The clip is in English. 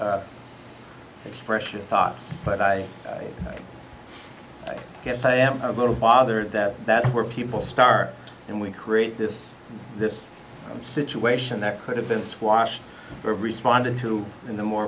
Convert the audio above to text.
to pressure thoughts but i guess i am a little bothered that that's where people start and we create this this situation that could have been squashed or responded to in the more